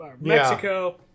Mexico